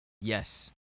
Yes